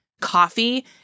coffee